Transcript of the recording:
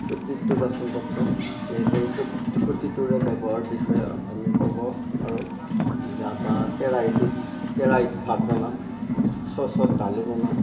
প্ৰত্যেকটো বাচন বৰ্তন এইবোৰ প্ৰতিটোৰে ব্যৱহাৰৰ বিষয়ে আমি ক'ব পাৰোঁ যা বা কেৰাহীটোৰ কেৰাহীত ভাত বনাওঁ চচত দালি বনাওঁ